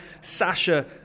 Sasha